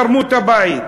תרמו את הבית.